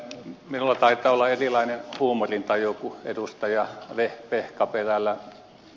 minulla taitaa olla erilainen huumorintaju kuin edustaja vehkaperällä